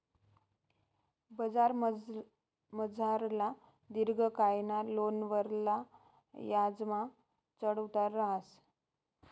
बजारमझारला दिर्घकायना लोनवरला याजमा चढ उतार रहास